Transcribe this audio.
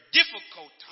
difficult